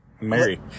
Mary